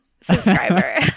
subscriber